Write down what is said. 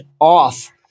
off